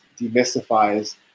demystifies